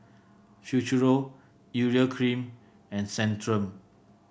Futuro Urea Cream and Centrum